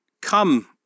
Come